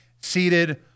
seated